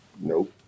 Nope